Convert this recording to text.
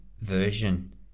version